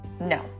no